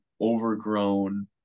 overgrown